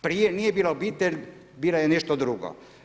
Prije nije bila obitelj, bila je nešto drugo.